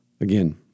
again